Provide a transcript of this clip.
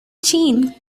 chain